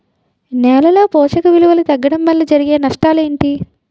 నేలలో పోషక విలువలు తగ్గడం వల్ల జరిగే నష్టాలేంటి?